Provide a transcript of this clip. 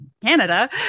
Canada